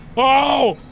oh?